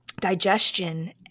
digestion